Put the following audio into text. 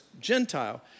Gentile